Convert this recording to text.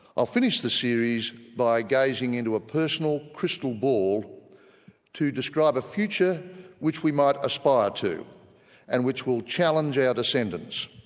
ah finish the series by gazing into a personal crystal ball to describe a future which we might aspire to and which will challenge our descendants.